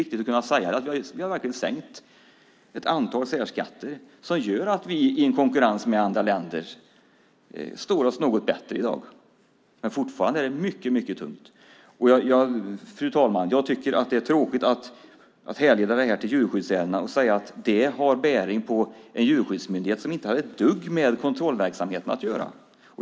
Vi har sänkt ett antal särskatter som gör att vi i en konkurrens med andra länder står oss något bättre i dag. Men fortfarande är det mycket tungt. Fru talman! Jag tycker att det är tråkigt att man vill härleda det till djurskyddsärendena och säga att det har bäring på en djurskyddsmyndighet som inte hade ett dugg med kontrollverksamheten att göra.